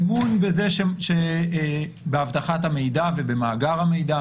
אמון באבטחת המידע ובמאגר המידע,